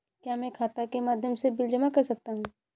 क्या मैं खाता के माध्यम से बिल जमा कर सकता हूँ?